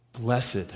Blessed